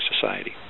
Society